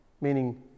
Meaning